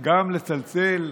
גם לצלצל,